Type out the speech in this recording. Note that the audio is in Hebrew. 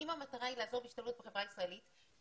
אם המטרה היא לעזור בהשתלבות בחברה הישראלית,